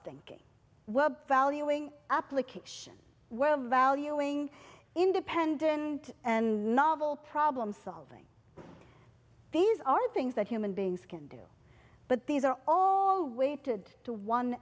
thing web valuing application where valuing independent and novel problem solving these are things that human beings can do but these are all weighted to one